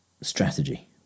strategy